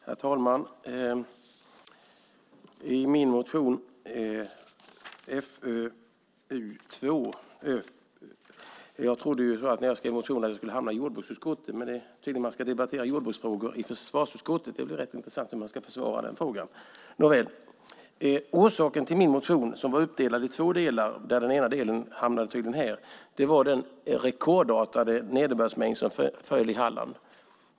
Herr talman! När jag skrev min motion Fö212 trodde jag att den skulle hamna i jordbruksutskottet, men man ska tydligen debattera jordbruksfrågor i försvarsutskottet. Det blir rätt intressant när man ska försvara den frågan. Nåväl. Orsaken till min motion, som var uppdelad i två delar och den ena delen hamnade här, var den rekordartade nederbörd som föll i Halland.